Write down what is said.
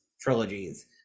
trilogies